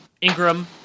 Ingram